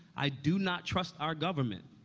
i do not trust our government.